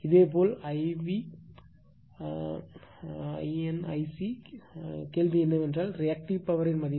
இதேபோல் I v n Ic கேள்வி என்னவென்றால் ரியாக்ட்டிவ் பவர் யின் மதிப்பு